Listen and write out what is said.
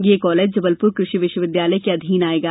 ये कॉलेज जबलपुर कृषि विश्वविद्यालय के अधीन आएगा